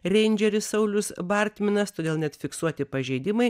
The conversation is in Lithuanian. reindžeris saulius bartminas todėl net fiksuoti pažeidimai